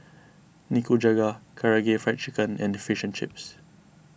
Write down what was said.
Nikujaga Karaage Fried Chicken and Fish and Chips